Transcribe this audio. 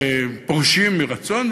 פורשים מרצון,